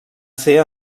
ser